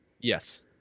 yes